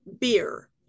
beer